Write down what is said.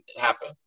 happen